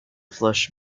flush